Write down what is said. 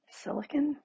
silicon